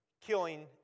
killing